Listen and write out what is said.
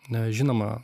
na žinoma